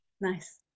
Nice